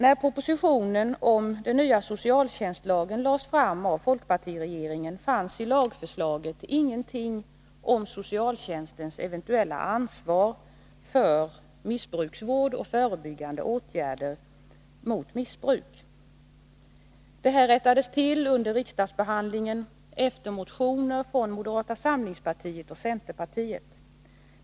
När propositionen om den nya socialtjänstlagen lades fram av folkpartiregeringen fanns i lagförslaget ingenting om socialtjänstens eventuella ansvar för missbruksvård och förebyggande åtgärder mot missbruk. Detta rättades till under riksdagsbehandlingen, efter motioner från moderata samlingspartiet och centerpartiet.